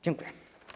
Dziękuję.